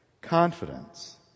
Confidence